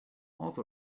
also